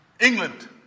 England